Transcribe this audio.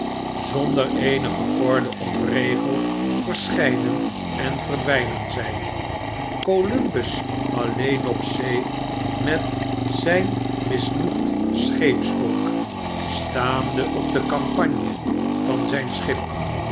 zonder eenige orde of regel verschijnen en verdwynen zg columbus alleen op zee met zijn misnoegd scheepsvolk staande op de kampanje van zjn schip